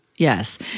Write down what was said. Yes